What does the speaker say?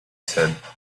said